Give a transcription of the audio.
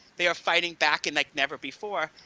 they are fighting back and like never before,